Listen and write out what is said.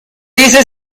dices